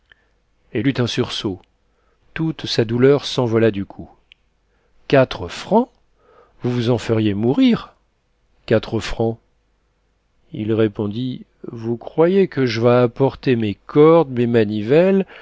elle eut un sursaut toute sa douleur s'envola du coup quatre francs vous vous en feriez mourir quatre francs il répondit vous croyez que j'vas apporter mes cordes mes manivelles